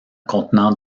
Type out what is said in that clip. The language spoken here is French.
contenant